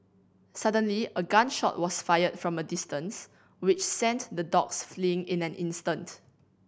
suddenly a gun shot was fired from a distance which sent the dogs fleeing in an instant